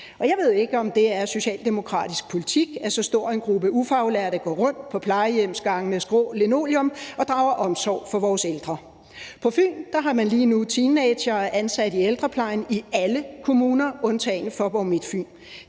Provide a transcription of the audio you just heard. jeg ved ikke, om det er socialdemokratisk politik, at så stor en gruppe ufaglærte går rundt på plejehjemsgangenes grå linoleum og drager omsorg for vores ældre. På Fyn har man lige nu teenagere ansat i ældreplejen i alle kommuner undtagen Faaborg-Midtfyn.